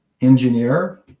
engineer